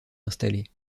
installé